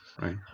Right